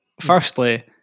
firstly